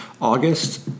August